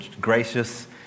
gracious